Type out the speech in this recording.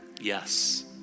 Yes